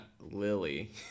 Lily